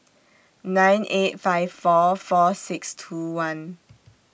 nine eight five four four six two one